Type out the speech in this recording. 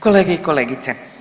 Kolege i kolegice.